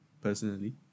personally